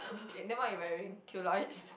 okay then what you wearing